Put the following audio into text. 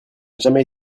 jamais